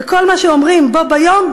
וכל מה שאומרים בו ביום,